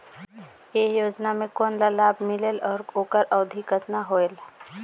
ये योजना मे कोन ला लाभ मिलेल और ओकर अवधी कतना होएल